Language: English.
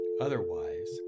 Otherwise